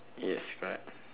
yes correct